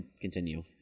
continue